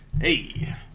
Hey